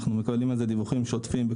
אנחנו מקבלים על זה דיווחים שוטפים.